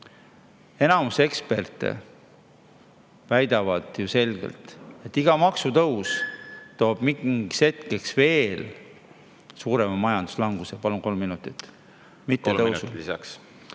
Enamus eksperte väidab ju selgelt, et iga maksutõus toob mingiks ajaks veel suurema majanduslanguse … Palun kolm minutit juurde.